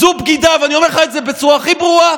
זה חלק לגיטימי והכרחי במשטר דמוקרטי.